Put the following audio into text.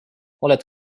oled